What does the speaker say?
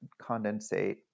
condensate